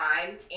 time